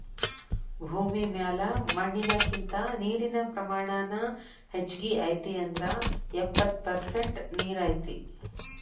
ಭೂಮಿ ಮ್ಯಾಲ ಮಣ್ಣಿನಕಿಂತ ನೇರಿನ ಪ್ರಮಾಣಾನ ಹೆಚಗಿ ಐತಿ ಅಂದ್ರ ಎಪ್ಪತ್ತ ಪರಸೆಂಟ ನೇರ ಐತಿ